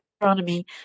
astronomy